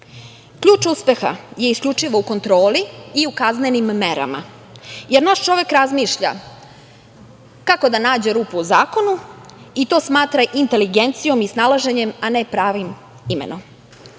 posao. Ključ uspeha je isključivo u kontroli i u kaznenim merama, jer naš čovek razmišlja kako da nađe rupu u zakonu, i to smatra inteligencijom i snalaženjem, a ne pravim imenom. Zbog